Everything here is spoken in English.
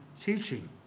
teaching